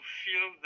feel